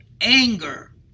anger